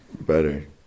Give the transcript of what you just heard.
better